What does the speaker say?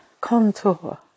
contour